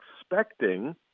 expecting –